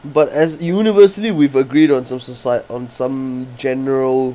but as universally we've agreed on social side on some general